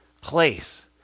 place